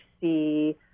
see